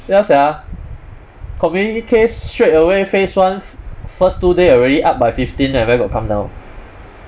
ya sia community case straightaway phase one first two day already up by fifteen eh where got come down